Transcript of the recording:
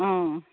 অঁ